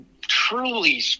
truly